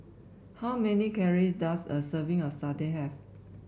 how many calories does a serving of satay have